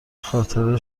خاطره